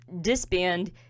disband